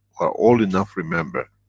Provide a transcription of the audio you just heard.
all enough remember.